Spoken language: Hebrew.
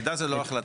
מידע זה לא החלטה.